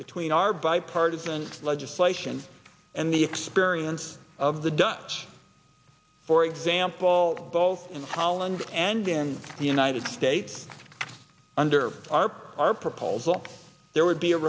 between our bipartisan legislation and the experience of the dutch for example both in holland and in the united states under our our proposal there would be a